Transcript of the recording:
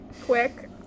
Quick